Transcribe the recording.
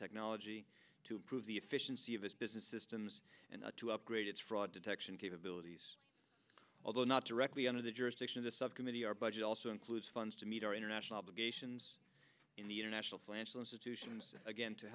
technology to improve the efficiency of its business systems and to upgrade its fraud detection capabilities although not directly under the jurisdiction of the subcommittee our budget also includes funds to meet our international obligations in the international financial institutions again to